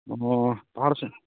ᱚᱻ ᱯᱟᱦᱟᱲ ᱥᱮᱫ